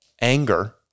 anger